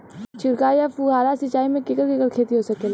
छिड़काव या फुहारा सिंचाई से केकर केकर खेती हो सकेला?